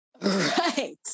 right